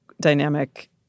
dynamic